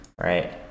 right